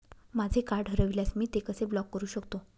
माझे कार्ड हरवल्यास मी ते कसे ब्लॉक करु शकतो?